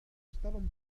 estàvem